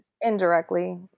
indirectly